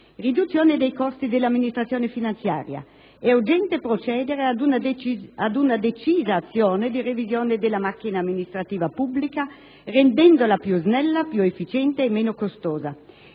Riduzione dei costi dell'amministrazione finanziaria. È urgente procedere ad una decisa azione di revisione della macchina amministrativa pubblica, rendendola più snella, più efficiente e meno costosa.